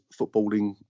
footballing